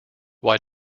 why